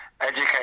educate